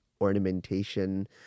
ornamentation